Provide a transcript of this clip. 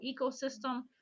ecosystem